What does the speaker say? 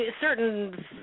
certain